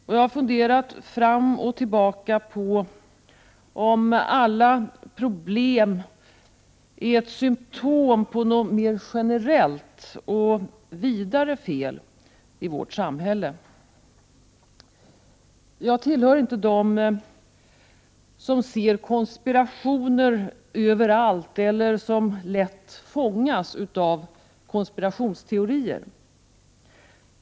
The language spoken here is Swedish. Fram och tillbaka har jag funderat över om alla problem är ett symtom på något mera generellt och större fel i vårt samhälle. Jag tillhör inte dem som ser konspirationer överallt eller som lätt fångas av konspirationsteorier.